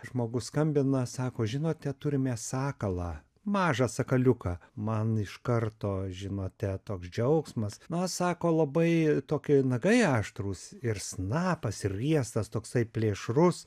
žmogus skambina sako žinote turime sakalą mažą sakaliuką man iš karto žinote toks džiaugsmas na sako labai tokie nagai aštrūs ir snapas riestas toksai plėšrus